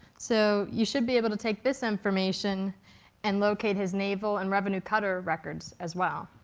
so you should be able to take this information and locate his naval and revenue cutter records as well.